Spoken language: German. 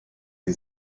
sie